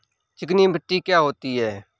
चिकनी मिट्टी क्या होती है?